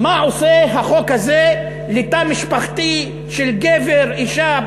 מה עושה החוק הזה לתא משפחתי של גבר ואישה,